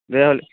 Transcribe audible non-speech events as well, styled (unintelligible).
(unintelligible)